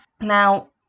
now